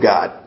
God